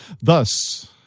Thus